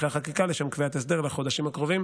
החקיקה לשם קביעת הסדר לחודשים הקרובים,